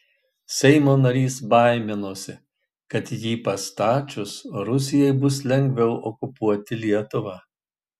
seimo narys baiminosi kad jį pastačius rusijai bus lengviau okupuoti lietuvą